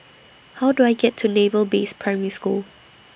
How Do I get to Naval Base Primary School